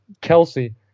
kelsey